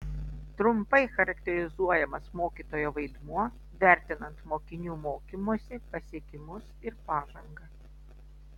trumpai charakterizuojamas mokytojo vaidmuo vertinant mokinių mokymosi pasiekimus ir pažangą